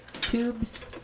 tubes